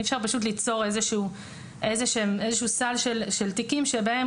אי אפשר ליצור איזשהו סל של תיקים שבהם